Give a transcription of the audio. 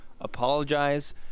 apologize